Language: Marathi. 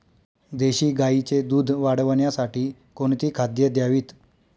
देशी गाईचे दूध वाढवण्यासाठी कोणती खाद्ये द्यावीत?